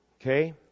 Okay